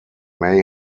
may